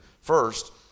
first